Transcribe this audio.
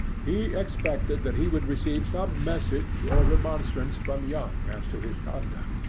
he expected that he would receive some message or remonstrance from young as to his conduct,